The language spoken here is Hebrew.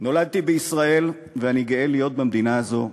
נולדתי בישראל, ואני גאה להיות במדינה הזו.